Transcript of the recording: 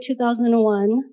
2001